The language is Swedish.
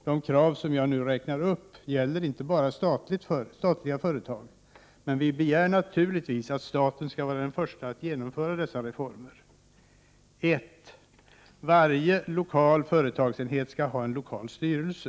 De krav som jag nu räknar upp gäller inte bara statliga företag, men vi begär naturligtvis att staten skall vara den första att genomföra dessa reformer: . Varje lokal företagsenhet skall ha en lokal styrelse.